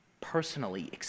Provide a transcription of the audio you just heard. personally